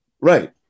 right